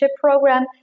program